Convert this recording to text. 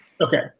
Okay